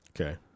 Okay